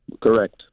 correct